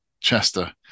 Chester